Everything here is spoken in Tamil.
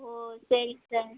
ஓ சரி சார்